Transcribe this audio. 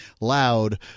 loud